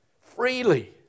freely